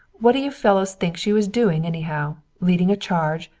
what d'you fellows think she was doing anyhow? leading a charge?